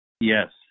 Yes